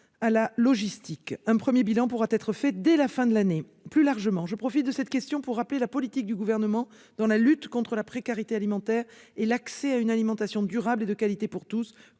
à la logistique. Un premier bilan pourra être dressé dès la fin de l'année. Plus largement, je profite de cette réponse pour rappeler la politique du Gouvernement en matière de lutte contre la précarité alimentaire et d'accès de tous à une alimentation durable et de qualité,